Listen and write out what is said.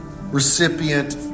recipient